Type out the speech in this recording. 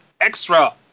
extra